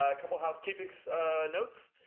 ah couple housekeeping notes,